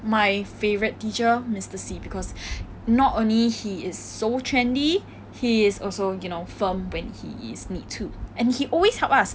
my favourite teacher mister see because not only he is so trendy he is also you know firm when he is need to and he always help us